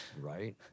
Right